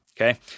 Okay